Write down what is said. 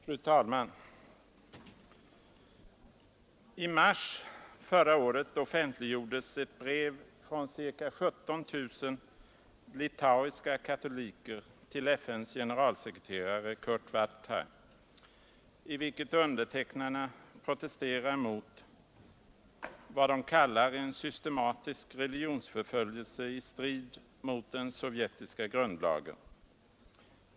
Fru talman! I mars förra året offentliggjordes ett brev från ca 17 000 litauiska katoliker till FN:s generalsekreterare Kurt Waldheim, i vilket undertecknarna protesterar mot vad de kallar en systematisk religionsförföljelse i strid mot den sovjetiska grundlagen.